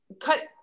cut